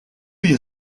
you